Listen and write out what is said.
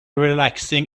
relaxing